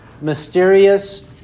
mysterious